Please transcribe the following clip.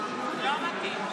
לא מתאים.